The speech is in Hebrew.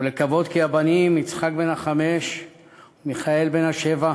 ולקוות כי הבנים יצחק בן החמש ומיכאל בן השבע,